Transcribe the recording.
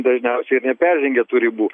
dažniausiai ir neperžengia tų ribų